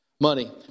money